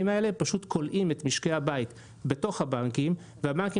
האלה פשוט כולאים את משקי הבית בתוך הבנקים והבנקים